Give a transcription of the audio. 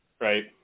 Right